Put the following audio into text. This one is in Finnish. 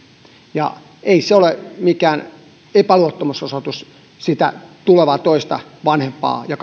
ja ei se ole mikään epäluottamusosoitus sitä tulevaa toista vanhempaa ja